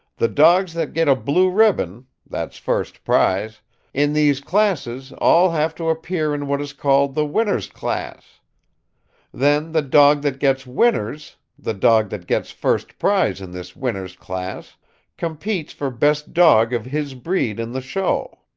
the dogs that get a blue ribbon that's first prize in these classes all have to appear in what is called the winners class then the dog that gets winner's' the dog that gets first prize in this winners class' competes for best dog of his breed in the show.